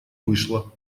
вышла